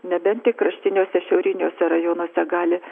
nebent tik kraštiniuose šiauriniuose rajonuose gali